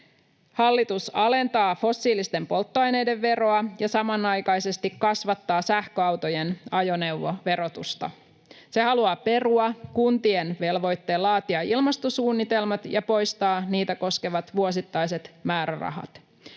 Hallitus alentaa fossiilisten polttoaineiden veroa ja samanaikaisesti kasvattaa sähköautojen ajoneuvoverotusta. Se haluaa perua kuntien velvoitteen laatia ilmastosuunnitelmat ja poistaa niitä koskevat vuosittaiset määrärahat.